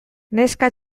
neska